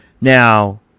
now